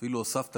אפילו הוספת,